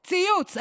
ציוץ,